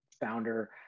founder